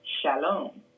Shalom